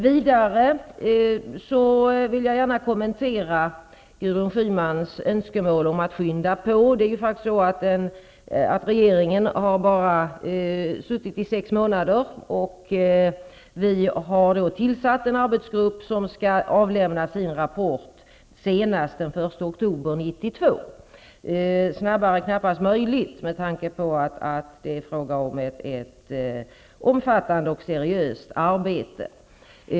Vidare vill jag gärna kommentera Gudrun Schymans önskemål om att skynda på. Regeringen har bara suttit i sex månader. Vi har tillsatt en arbetsgrupp som skall avlämna sin rapport senast den 1 oktober 1992. Att göra det snabbare är knappast möjligt med tanke på att det är fråga om ett omfattande och seriöst arbete.